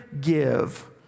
give